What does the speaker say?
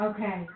Okay